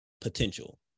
potential